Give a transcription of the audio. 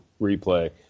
replay